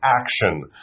action